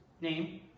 name